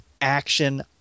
action